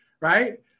right